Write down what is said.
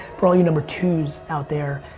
for all you number twos out there,